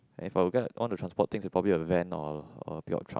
and if I will get one to transport things it will probably be a van or uh be a truck